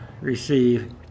receive